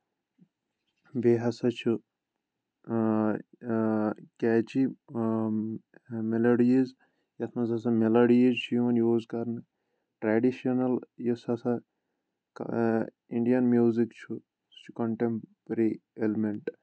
بیٚیہِ ہَسا چھُ کیچی مِلَڈیٖز یَتھ منٛز ہَسا میلَڈیٖز چھُ یِوان یوٗز کَرنہٕ ٹرٛیڈِشَنَل یُس ہَسا اِنڈیَن میوٗزِک چھُ سُہ چھُ کَنٹیمپری ایٚلمؠنٛٹ